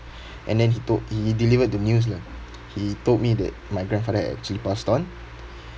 and then he told he delivered the news lah he told me that my grandfather had actually passed on